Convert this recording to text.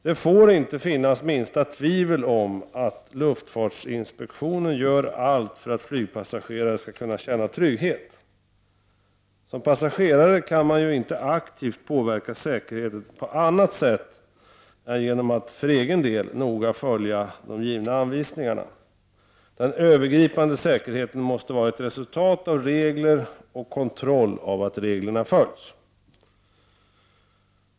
Det får inte finnas minsta tvivel om att luftfartsinspektionen gör allt för att flygpassagerare skall kunna känna trygghet. Som passagerare kan man ju inte aktivt påverka säkerheten på annat sätt än genom att för egen del noga följa de givna anvisningarna. Den övergripande säkerheten måste vara ett resultat av regler och kontroll av att reglerna följs.